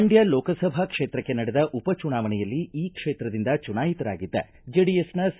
ಮಂಡ್ಯ ಲೋಕಸಭಾ ಕ್ಷೇತ್ರಕ್ಕೆ ನಡೆದ ಉಪಚುನಾವಣೆಯಲ್ಲಿ ಈ ಕ್ಷೇತ್ರದಿಂದ ಚುನಾಯಿತರಾಗಿದ್ದ ಜೆಡಿಎಸ್ನ ಸಿ